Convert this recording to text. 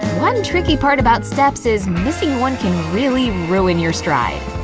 one tricky part about steps is missing one can really ruin your stride,